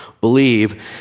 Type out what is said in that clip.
believe